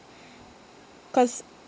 cause